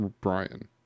Brian